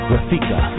Rafika